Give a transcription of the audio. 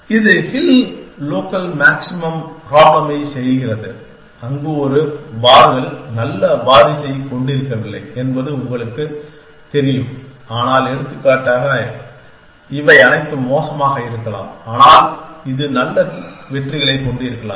இது hill local maximum ப்ராபளமை செய்கிறது அங்கு ஒரு பார்கள் நல்ல வாரிசைக் கொண்டிருக்கவில்லை என்பது உங்களுக்குத் தெரியும் ஆனால் எடுத்துக்காட்டாக இவை அனைத்தும் மோசமாக இருக்கலாம் ஆனால் இது நல்ல வெற்றிகளைக் கொண்டிருக்கலாம்